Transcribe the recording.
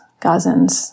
Gazans